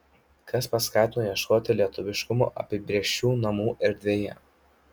kas paskatino ieškoti lietuviškumo apibrėžčių namų erdvėje